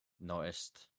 noticed